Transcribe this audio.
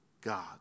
God